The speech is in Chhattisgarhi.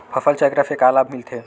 फसल चक्र से का लाभ मिलथे?